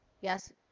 Yes